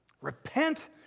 Repent